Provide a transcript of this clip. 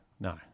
No